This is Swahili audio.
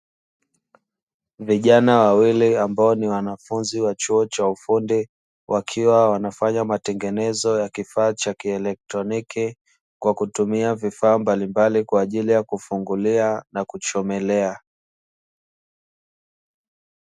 Vijana wawili ambao ni wanafunzi wa chuo cha ufundi wakiwa wanafanya matengenezo ya kifaa cha kielektroniki, kwa kutumia vifaa mbalimbali kwa ajili ya kufungulia na kuchomelea.